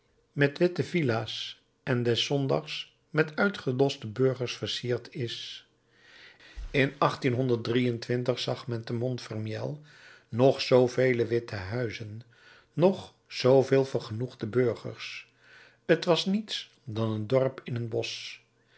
met witte villa's en des zondags met uitgedoste burgers versierd is in zag men te montfermeil noch zoovele witte huizen noch zooveel vergenoegde burgers t was niets dan een dorp in een bosch